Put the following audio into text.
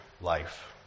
life